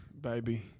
baby